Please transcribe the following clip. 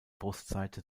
brustseite